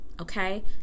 okay